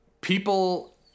people